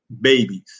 babies